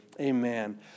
amen